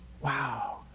Wow